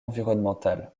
environnemental